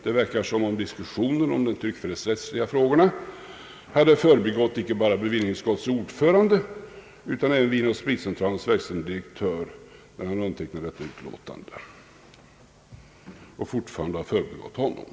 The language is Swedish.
Det verkar, som om diskussionen i de tryckfrihetsrättsliga frågorna hade förbigått inte bara bevillningsutskottets ordförande utan även Vinoch spritcentralens verkställande direktör, när han undertecknade remissyttrandet, och fortfarande har förbigått honom.